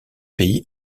pays